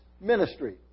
ministry